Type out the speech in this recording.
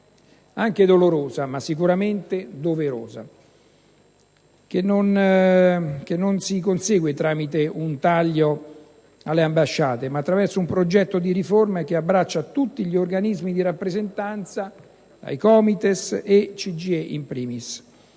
anche dolorosa ma sicuramente doverosa, che non si consegue tramite un taglio alle ambasciate ma attraverso un progetto di riforma che abbraccia tutti gli organismi di rappresentanza, Comites e CGIE *in primis.*